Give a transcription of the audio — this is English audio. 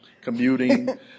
Commuting